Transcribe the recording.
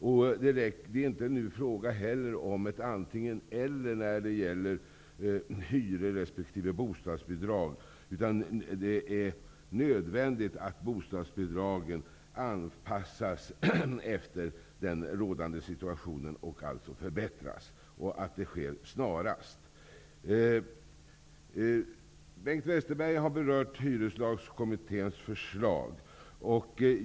Det är nu inte fråga om ett antingen eller när det gäller hyror resp. bostadsbidrag, utan det är nödvändigt att bostadsbidragen anpassas efter den rådande situationen, alltså förbättras, och att det sker snarast. Bengt Westerberg har berört hyreslagskommitténs förslag.